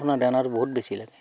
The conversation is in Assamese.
আপোনাৰ দানাৰটো বহুত বেছি লাগে